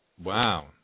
Wow